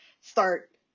start